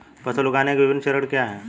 फसल उगाने के विभिन्न चरण क्या हैं?